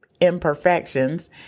imperfections